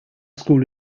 school